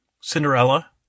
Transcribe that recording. Cinderella